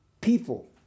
people